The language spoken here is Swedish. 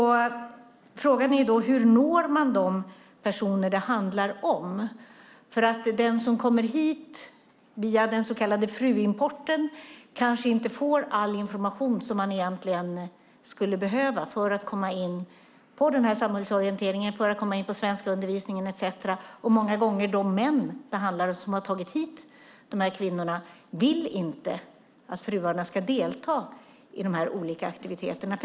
Hur når man de personer det här handlar om? Den som kommer hit via den så kallade fruimporten kanske inte får all information som man egentligen skulle behöva för att komma in på samhällsorienteringen och svenskundervisningen etcetera. Många av de män som har tagit hit dessa kvinnor vill inte att fruarna ska delta i de olika aktiviteterna.